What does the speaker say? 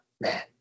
man